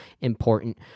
important